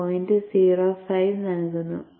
05 നൽകുന്നു